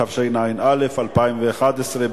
התשע"א 2011,